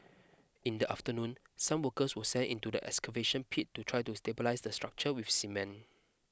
in the afternoon some workers were sent into the excavation pit to try to stabilise the structure with cement